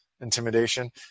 intimidation